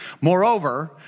Moreover